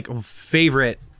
favorite